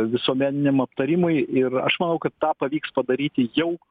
visuomeniniam aptarimui ir aš manau kad tą pavyks padaryti jau